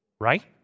Right